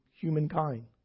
Humankind